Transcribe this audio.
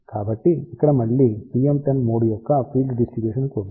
కాబట్టి ఇక్కడ మళ్ళీ TM10 మోడ్ యొక్క ఫీల్డ్ డిస్ట్రిబ్యూషన్ ని చూద్దాం